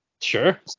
Sure